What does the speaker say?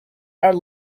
are